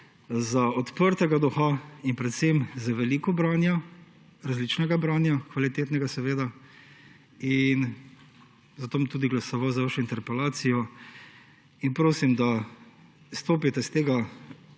za odprtega duha in predvsem za veliko branja, različnega branja, kvalitetnega, seveda. Tudi zato bom glasoval za vašo interpelacijo. Prosim, da stopite s tega